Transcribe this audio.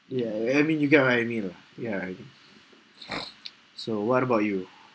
ya I I mean you get what I mean ah so what about you